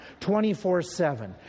24-7